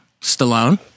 Stallone